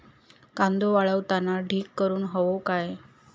कांदो वाळवताना ढीग करून हवो काय?